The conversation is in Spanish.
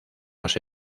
los